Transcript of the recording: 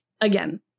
Again